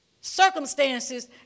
Circumstances